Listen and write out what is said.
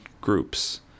groups